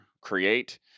create